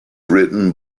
written